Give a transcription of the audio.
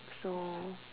so